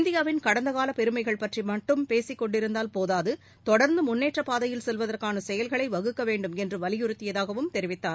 இந்தியாவின் கடந்த கால பெருமைகள் பற்றிமட்டும் பேசிக்கொண்டிருந்தால் போதாது தொடர்ந்து முன்னேற்றப் பாதையில் செல்வதற்கான செயல்களை வகுக்கவேண்டும் என்று வலியுறுத்தியதாகவும் தெரிவித்தார்